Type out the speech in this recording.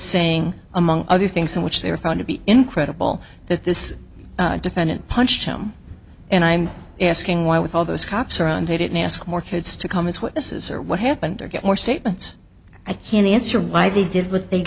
saying among other things in which they were found to be incredible that this defendant punched him and i'm asking why with all those cops around they didn't ask more kids to come as witnesses or what happened or get more statements i can answer why they did what they